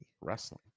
Wrestling